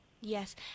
yes